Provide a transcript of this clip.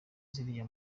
ziriya